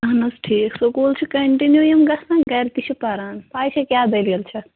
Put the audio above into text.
اہَن حظ ٹھیٖک سکوٗل چھِ کَنٹِنیو یِم گژھان گَرِ تہِ چھِ پران پےَ چھا کیٛاہ دٔلیٖل چھَکھ